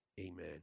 Amen